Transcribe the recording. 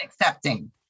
accepting